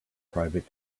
private